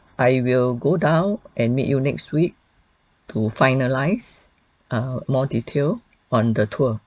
I will go down and meet you next week to finalise err more detail on the tour